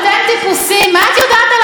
וזו לא הדמוקרטיה הפרטית שלך.